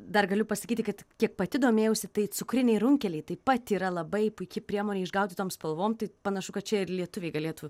dar galiu pasakyti kad kiek pati domėjausi tai cukriniai runkeliai taip pat yra labai puiki priemonė išgauti toms spalvom tai panašu kad čia ir lietuviai galėtų